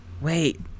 Wait